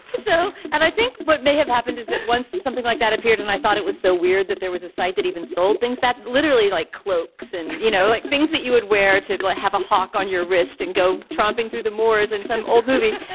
so and i think what may have happened is that once something like that appeared and i thought it was so weird that there was a site that even sold things that literally like cloaks and you know like things that you would wear to have a hawk on your wrist and go tromping through the moors in some old movie.